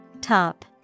Top